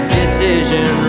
decision